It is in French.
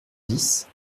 dix